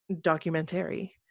documentary